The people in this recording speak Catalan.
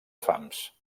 fams